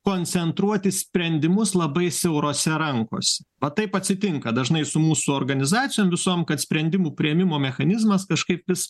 koncentruoti sprendimus labai siaurose rankose va taip atsitinka dažnai su mūsų organizacijom visom kad sprendimų priėmimo mechanizmas kažkaip vis